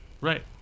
Right